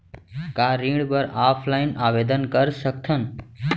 का ऋण बर ऑफलाइन आवेदन कर सकथन?